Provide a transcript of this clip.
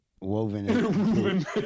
woven